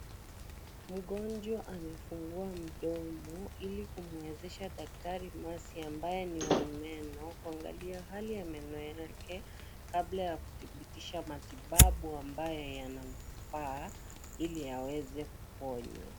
Mgonjwa amefungua mdomo, ili kumwezesha daktari Mercy, ambaye ni wa meno, kuangalia hali ya meno yake, kabla ya kuthibitisha matibabu ambayo yanafaa ili aweze kuponywa.